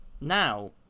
now